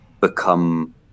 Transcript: become